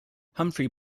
humphrey